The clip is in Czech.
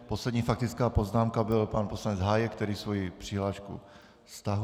Poslední faktická poznámka byl pan poslanec Hájek, který svoji přihlášku stahuje.